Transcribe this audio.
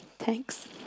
Thanks